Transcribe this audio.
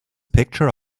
picture